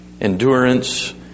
endurance